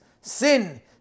sin